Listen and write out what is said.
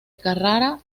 carrara